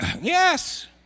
Yes